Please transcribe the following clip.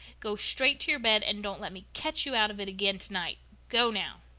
go straight to your bed and don't let me catch you out of it again tonight! go, now!